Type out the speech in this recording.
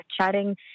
chatting